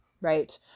right